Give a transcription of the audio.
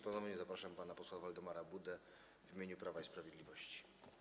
Ponownie zapraszam pana posła Waldemara Budę, tym razem w imieniu Prawa i Sprawiedliwości.